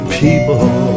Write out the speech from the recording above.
people